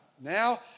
Now